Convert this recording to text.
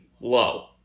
low